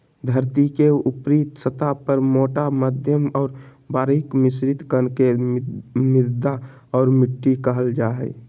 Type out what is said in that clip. धरतीके ऊपरी सतह पर मोटा मध्यम और बारीक मिश्रित कण के मृदा और मिट्टी कहल जा हइ